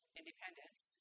independence